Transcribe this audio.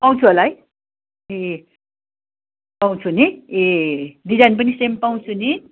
पाउँछु होला है ए पाउँछु नि ए ए डिजाइन पनि सेम पाउँछु नि